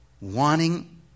wanting